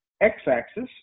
x-axis